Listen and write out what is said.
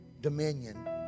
dominion